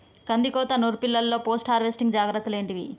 కందికోత నుర్పిల్లలో post harvesting జాగ్రత్తలు ఏంటివి?